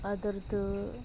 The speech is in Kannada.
ಅದ್ರದು